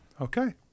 Okay